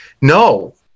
No